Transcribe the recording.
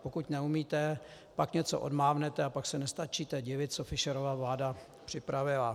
Pokud neumíte, pak něco odmávnete, a pak se nestačíte divit, co Fischerova vláda připravila.